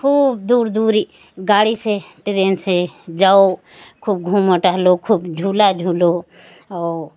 खूब दूर दूर गाड़ी से टीरेन से जाओ खूब घूमो टहलों खूब झूला झूलो और